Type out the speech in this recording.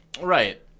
Right